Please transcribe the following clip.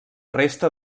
resta